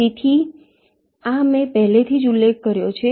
તેથી આ મેં પહેલેથી જ ઉલ્લેખ કર્યો છે